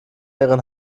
ihren